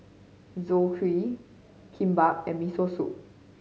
Zosui Kimbap and Miso Soup